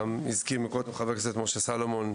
כמו שאמר קודם חבר הכנסת משה סולומון,